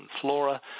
flora